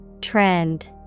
Trend